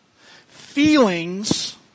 Feelings